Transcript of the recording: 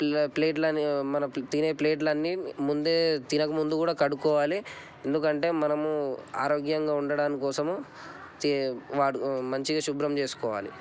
plate అని మనం తినే ప్లేట్లు అన్నీ ముందే తినక ముందు కూడా కడుక్కోవాలి ఎందుకంటే మనము ఆరోగ్యంగా ఉండడం కోసము మంచిగా శుభ్రం చేసుకోవాలి